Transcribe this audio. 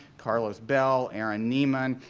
carlos belll, aaron neiman,